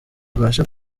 ibashe